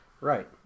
right